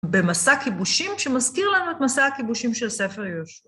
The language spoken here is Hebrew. במסע כיבושים, שמזכיר לנו את מסע הכיבושים של ספר יהוש...